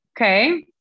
Okay